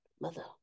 Mother